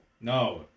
No